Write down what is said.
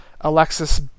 Alexis